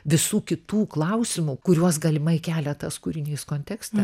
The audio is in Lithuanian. visų kitų klausimų kuriuos galimai kelia tas kūrinys kontekste